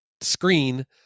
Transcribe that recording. screen